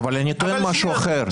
אני טוען משהו אחר.